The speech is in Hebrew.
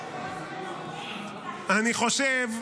אני חושב,